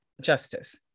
justice